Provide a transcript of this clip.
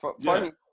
Funny